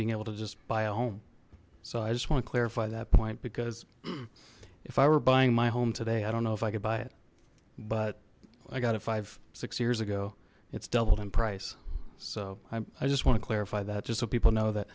being able to just buy a home so i just want to clarify that point because if i were buying my home today i don't know if i could buy it but i got a five six years ago it's doubled in price so i just want to clarify that just so people know that